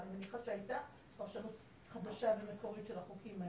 אני מניחה שהייתה פרשנות חדשה ומקורית של החוקים האלה.